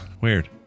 weird